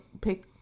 pick